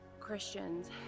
Christians